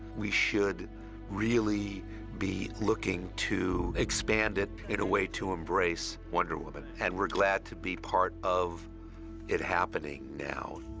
we should really be looking to expand it in a way to embrace wonder woman, and we're glad to be part of it happening now.